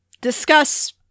discuss